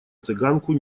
цыганку